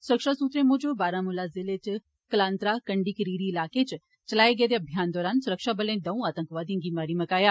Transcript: सुरक्षा सूत्रें मूजब बारामुला जिले च कलान्त्रा कंडी करिरी इलाके च चलाए गेदे इक अभियान दौरान सुरक्षाबलें दौंऊ आतंकवादियें गी मारी मुकाया